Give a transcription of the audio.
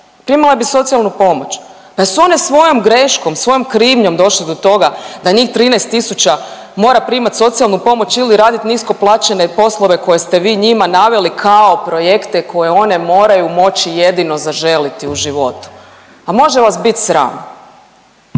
primale bi socijalnu pomoć, pa jesu one svojom greškom, svojom krivnjom došle do toga da njih 13 tisuća mora primat socijalnu pomoć ili radit nisko plaćene poslove koje ste vi njima naveli kao projekte koje one moraju moći jedino zaželiti u životu, pa može vas bit sram.